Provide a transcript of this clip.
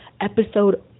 Episode